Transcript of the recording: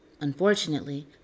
Unfortunately